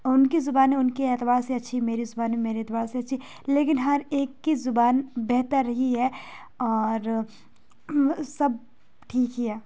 اور ان کی زبانیں ان کے اعتبار سے اچھی میری زبان میرے اعتبار سے اچھی لیکن ہر ایک کی زبان بہتر رہی ہے اور سب ٹھیک ہی ہے